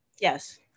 Yes